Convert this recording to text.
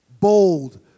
Bold